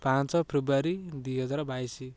ପାଞ୍ଚ ଫେବୃଆରୀ ଦୁଇହଜାର ବାଇଶ